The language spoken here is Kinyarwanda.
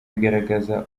igaragaza